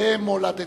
במולדתו.